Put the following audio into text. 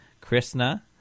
Krishna